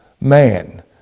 man